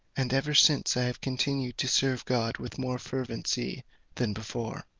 and ever since i have continued to serve god with more fervency than before.